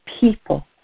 people